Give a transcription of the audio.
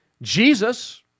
Jesus